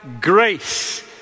grace